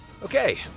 Okay